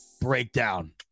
breakdown